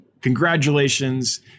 congratulations